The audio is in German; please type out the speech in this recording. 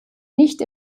nicht